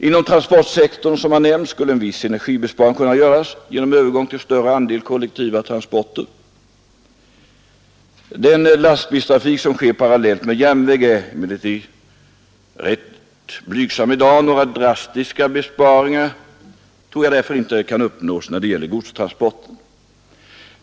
Inom transportsektorn, som har nämnts, skulle en viss energibesparing kunna göras genom övergång till större andel kollektiva transporter. Den lastbilstrafik som sker parallellt med järnväg är emellertid rätt blygsam i dag, och några drastiska besparingar tror jag därför inte kan uppnås när det gäller godstransporten.